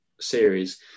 series